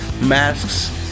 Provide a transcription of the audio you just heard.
masks